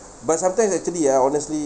but sometimes actually ah honestly